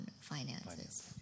finances